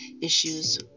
issues